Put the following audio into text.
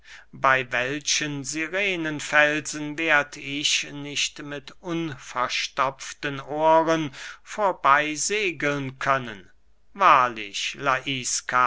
bey welchen sirenenfelsen werd ich nicht mit unverstopften ohren vorbey segeln können wahrlich